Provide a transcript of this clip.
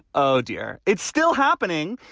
oh, dear, it's still happening.